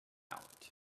out